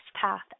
path